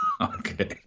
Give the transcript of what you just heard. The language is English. Okay